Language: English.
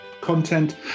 content